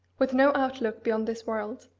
with no outlook beyond this world?